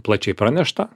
plačiai pranešta